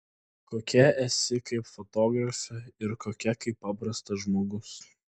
kokia esi kaip fotografė ir kokia kaip paprastas žmogus